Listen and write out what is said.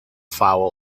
foul